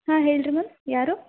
ಹಾ ಹೇಳಿರಿ ಮ್ಯಾಮ್ ಯಾರು